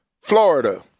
Florida